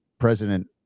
president